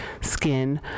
skin